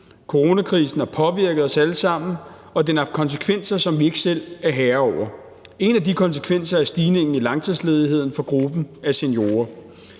Coronakrisen har påvirket os alle sammen, og den har haft konsekvenser, som vi ikke selv er herrer over. En af de konsekvenser er stigningen i langtidsledighed for gruppen af seniorer.